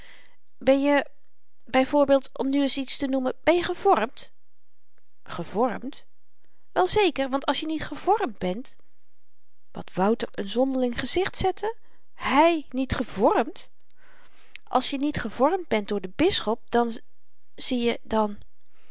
ben je by voorbeeld om nu eens iets te noemen ben je gevormd gevormd wel zeker want als je niet gevormd bent wat wouter n zonderling gezicht zette hy niet gevormd als je niet gevormd bent door den bisschop dan zieje dan